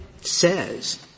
says